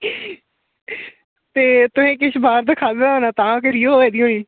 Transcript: ते तुसें किश बाहर दा खाद्धै दा होना तां तुसेंगी होआ दी होनी